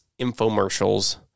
infomercials